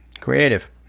creative